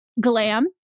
glam